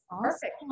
Perfect